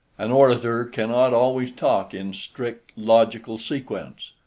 an orator cannot always talk in strict logical sequence.